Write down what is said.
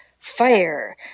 fire